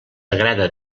agrada